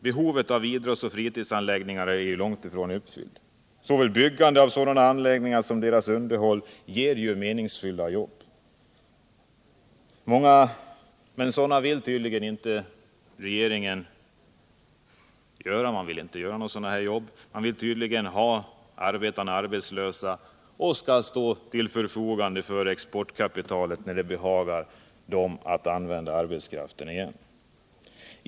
Behovet av idrottsoch fritidsanläggningar är ju långt ifrån uppfyllt. Såväl byggande av sådana anläggningar som deras underhåll ger ju meningsfulla arbeten. Regeringen vill tydligen inte ordna en sådan här sysselsättning. Arbetarna skall tydligen gå arbetslösa för att stå till förfogande för exportkapitalet, när man behagar använda arbetskraften på nytt.